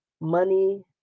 money